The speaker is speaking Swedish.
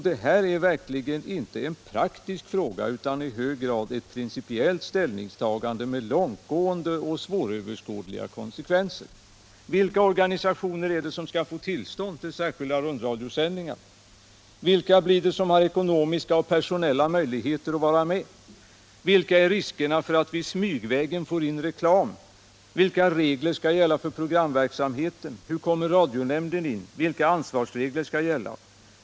Detta är verkligen inte en praktisk fråga utan i hög grad ett principiellt ställningstagande med långtgående och svåröverskådliga konsekvenser. Vilka blir det som har ekonomiska och personella möjligheter att vara med? Vilka är riskerna för att vi smygvägen får in reklam?